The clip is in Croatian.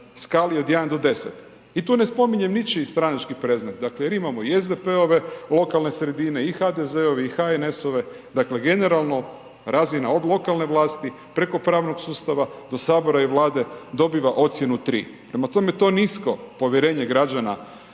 I tu ne spominjem ničiji stranački predznak dakle jer imamo i SDP-ove lokalne sredine i HDZ-ove i HNS-ove, dakle generalno razina od lokalne vlasti, preko pravnog sustava, do Sabora i Vlade dobiva ocjenu 3. Prema tome to nisko povjerenje građana